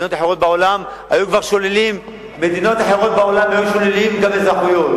במדינות אחרות בעולם היו כבר שוללים גם אזרחויות,